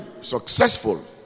successful